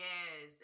Yes